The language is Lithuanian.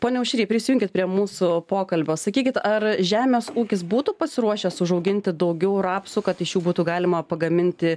pone aušry prisijunkit prie mūsų pokalbio sakykit ar žemės ūkis būtų pasiruošęs užauginti daugiau rapsų kad iš jų būtų galima pagaminti